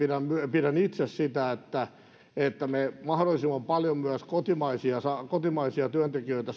pidän itse sitä että että me mahdollisimman paljon myös kotimaisia työntekijöitä